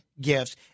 gifts